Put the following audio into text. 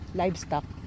livestock